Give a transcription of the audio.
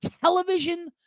television